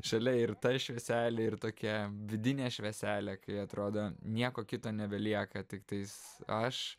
šalia ir ta švieselė ir tokia vidinė švieselė kai atrodo nieko kito nebelieka tiktais aš